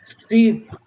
See